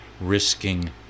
risking